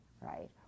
right